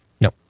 No